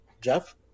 Jeff